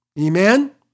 Amen